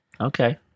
Okay